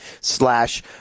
slash